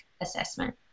assessment